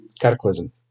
Cataclysm